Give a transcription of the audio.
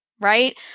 right